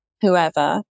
whoever